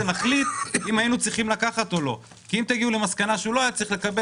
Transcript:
זה נראה לא טוב הדבר